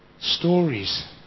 stories